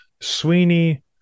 Sweeney